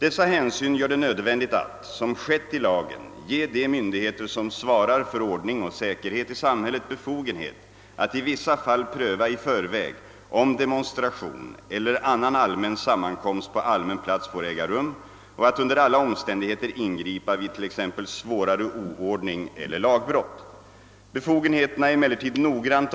Dessa hänsyn gör det nödvändigt att — som skett i lagen — ge de myndigheter som svarar för ordning och säkerhet i samhället befogenhet att i vissa fall pröva i förväg om demonstration eller annan allmän sammankomst på allmän plats får äga rum och att under alla omständigheter ingripa vidt.ex. svårare oordning eller lagbrott: > PEGRRer ee är emellertid" nogden